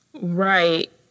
Right